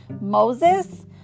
Moses